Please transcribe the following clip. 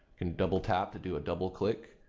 and double-tap to do a double-click.